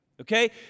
Okay